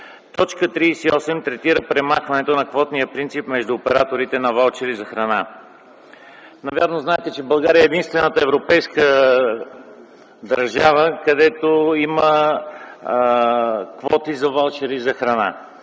Точка 38 третира премахването на квотния принцип между операторите на ваучери за храна. Навярно знаете, че България е единствената европейска държава, където има квоти за ваучери за храна.